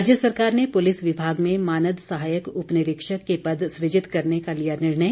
राज्य सरकार ने पुलिस विभाग में मानद सहायक उपनिरीक्षक के पद सूजित करने का लिया निर्णय